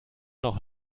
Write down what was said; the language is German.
noch